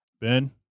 Ben